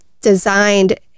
designed